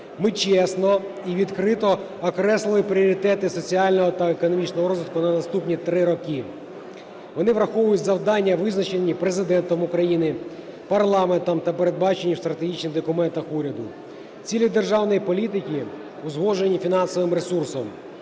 Ми чесно і відкрито окреслили пріоритети соціального та економічного розвитку на наступні три роки. Вони враховують завдання, визначені Президентом України, парламентом та передбачені в стратегічних документах уряду. Цілі державної політики узгоджені фінансовим ресурсом,